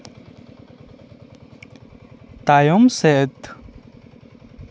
ᱛᱟᱭᱚᱢ ᱥᱮᱫ